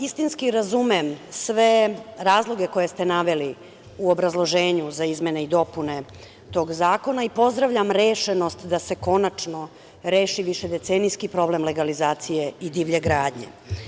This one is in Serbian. Istinski razumem sve razloge koje ste naveli u obrazloženju za izmene i dopune tog zakona i pozdravljam rešenost da se konačno reši višedecenijski problem legalizacije i divlje gradnje.